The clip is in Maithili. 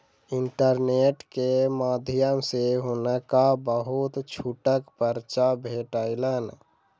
इंटरनेट के माध्यम सॅ हुनका बहुत छूटक पर्चा भेटलैन